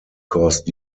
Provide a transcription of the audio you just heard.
caused